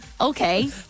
Okay